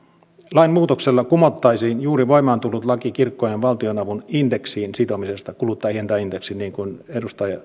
lainmuutoksella kumottaisiin juuri voimaan tullut laki kirkkojen valtionavun sitomisesta kuluttajahintaindeksiin niin kuin edustaja